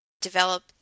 develop